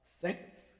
Sex